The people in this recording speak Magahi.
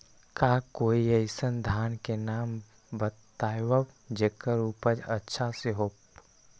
का कोई अइसन धान के नाम बताएब जेकर उपज अच्छा से होय?